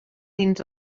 dins